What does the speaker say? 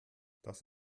das